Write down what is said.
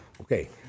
Okay